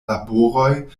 laboroj